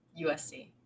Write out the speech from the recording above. USC